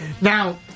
Now